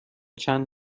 چند